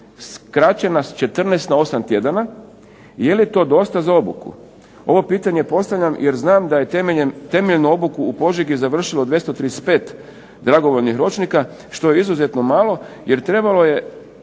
skraćena s 14 na 8 tjedana, je li to dosta za obuku? Ovo pitanje postavljam jer znam da je temeljnu obuku u Požegi završilo 235 dragovoljnih ročnika, što je izuzetno malo, jer trebalo je